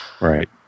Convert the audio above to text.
Right